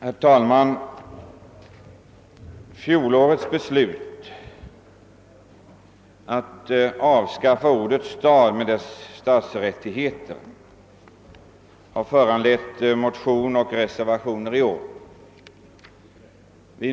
Herr talman! Fjolårets beslut att avskaffa ordet stad och vissa stadsrättigheter har föranlett en motion och en reservation i år.